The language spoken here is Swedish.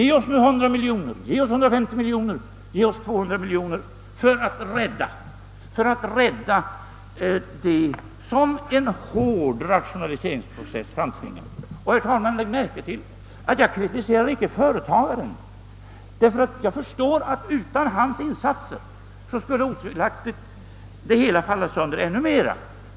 Ge oss nu 100 miljoner, 150 miljoner, 200 miljoner för att rädda det som en hård rationaliseringsprocess framtvingar! Och, herr talman, lägg märke till att jag inte kritiserar företagaren, ty jag förstår att utan hans insatser skulle otvivelaktigt det hela falla sönder i ännu större utsträckning.